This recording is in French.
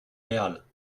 perles